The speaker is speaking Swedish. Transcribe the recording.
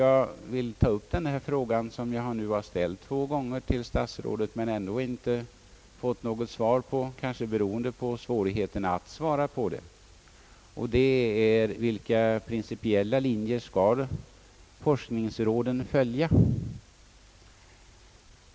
Jag vill så ta upp en fråga som jag ställt två gånger till statsrådet men som jag inte fått något svar på, kanske beroende på svårigheterna att svara på den: Vilka principiella linjer skall forskningsråden följa?